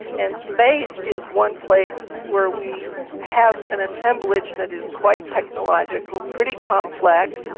and space is one place where we have an assemblage that is quite technological, pretty complex,